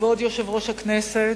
כבוד יושב-ראש הכנסת,